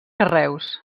carreus